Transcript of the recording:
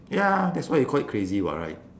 ya that's why you call it crazy [what] right